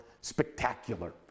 spectacular